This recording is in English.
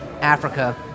Africa